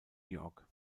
york